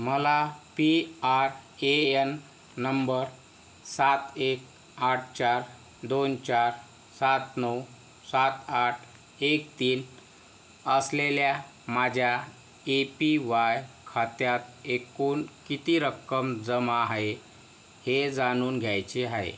मला P R A N number सात एक आठ चार दोन चार सात नऊ सात आठ एक तीन असलेल्या माझ्या ए पी वाय खात्यात एकूण किती रक्कम जमा आहे हे जाणून घ्यायचे आहे